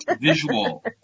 Visual